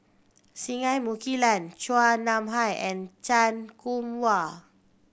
Singai Mukilan Chua Nam Hai and Chan Kum Wah